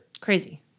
Crazy